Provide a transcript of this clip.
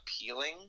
appealing